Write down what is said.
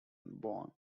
bond